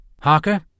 Harker